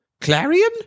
Clarion